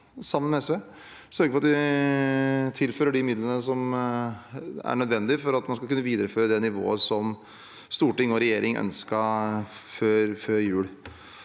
sammen med SV, blir å sørge for at vi tilfører de midlene som er nødvendige for at man skal kunne videreføre det nivået som storting og regjering ønsket før jul.